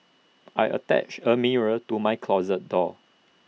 I attached A mirror to my closet door